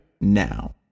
now